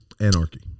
Anarchy